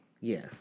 Yes